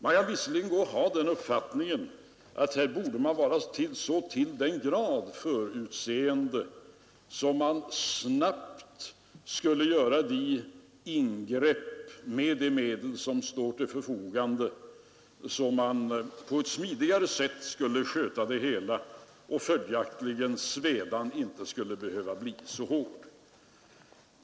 Man kan visserligen ha den uppfattningen att regeringen borde vara så till den grad förutseende att den snabbt gör ingrepp med de medel som står till förfogande, så att det hela skötes på ett smidigare sätt och följaktligen svedan inte skulle behöva bli så hård.